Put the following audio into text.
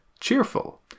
cheerful